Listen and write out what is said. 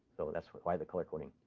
so that's why the color coding.